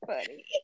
funny